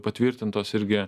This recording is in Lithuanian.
patvirtintos irgi